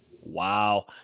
Wow